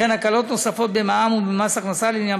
וכן הקלות נוספות במע"מ ובמס הכנסה לעניין